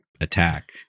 attack